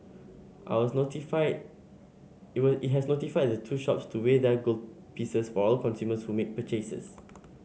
notified it was has notified the two shops to weigh their gold pieces for all consumers who make purchases